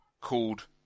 called